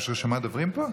יש רשימת דוברים פה?